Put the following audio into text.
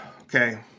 Okay